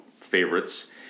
favorites